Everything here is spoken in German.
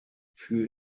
für